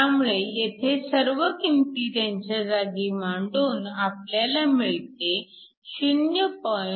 त्यामुळे येथे सर्व किंमती त्यांच्या जागी मांडून आपल्याला मिळते 0